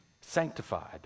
sanctified